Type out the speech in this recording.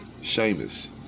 Seamus